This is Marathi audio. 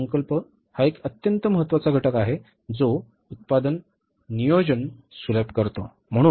अर्थसंकल्प हा एक अत्यंत महत्वाचा घटक आहे जो उत्पादन नियोजन सुलभ करतो